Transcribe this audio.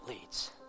leads